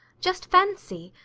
just fancy!